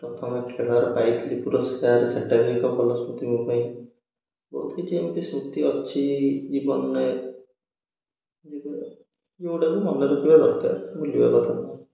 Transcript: ପ୍ରଥମେ ଖେଳରେ ପାଇଥିଲି ପୁରସ୍କାର ସେଟାରେ ଏକ ଭଲ ସ୍ମୃତି ମୋ ପାଇଁ ବହୁତ କିଛି ଏମିତି ସ୍ମୃତି ଅଛି ଜୀବନରେ ଯେଉଁଗୁଡ଼ାକ ମନେ ରଖିବା ଦରକାର ଭୁଲିବା କଥା